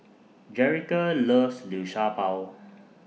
Jerica loves Liu Sha Bao